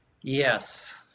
yes